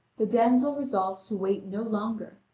the damsel resolves to wait no longer,